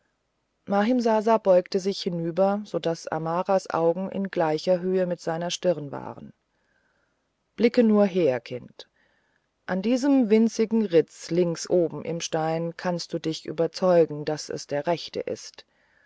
mahimsasa beugte sich hinunter so daß amaras augen in gleicher höhe mit seiner stirn waren blicke nur her kind an diesem winzigen ritz links oben im stein kannst du dich überzeugen daß es der echte ist